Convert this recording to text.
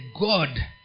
God